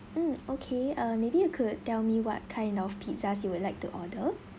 mm okay uh maybe you could tell me what kind of pizzas you would like to order